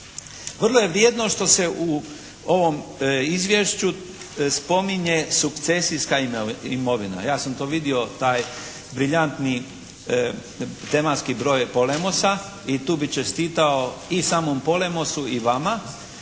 Vrlo je vrijedno što se u ovom izvješću spominje sukcesijska imovina. Ja sam to vidio taj briljantni tematski broj «Polemusa» i tu bih čestitao i samom «Polemusu» i vama.